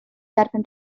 derbyn